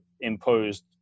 imposed